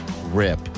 Rip